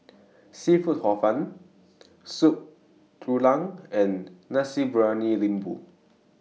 Seafood Hor Fun Soup Tulang and Nasi Briyani Lembu